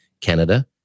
Canada